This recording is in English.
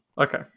okay